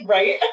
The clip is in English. Right